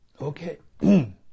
Okay